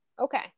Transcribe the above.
Okay